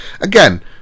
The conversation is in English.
again